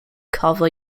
cover